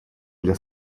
для